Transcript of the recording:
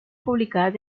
publicadas